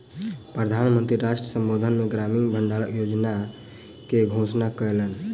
प्रधान मंत्री राष्ट्र संबोधन मे ग्रामीण भण्डार योजना के घोषणा कयलैन